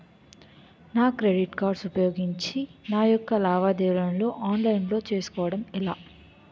నా credit card ఉపయోగించి నా యెక్క లావాదేవీలను ఆన్లైన్ లో చేసుకోవడం ఎలా?